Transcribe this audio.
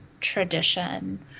tradition